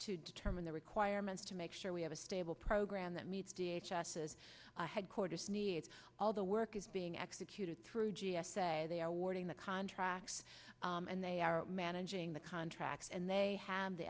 to determine their requirements to make sure we have a stable program that meets d h s s headquarters needs all the work is being executed through g s a they are warning the contracts and they are managing the contracts and they have the